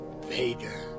Vader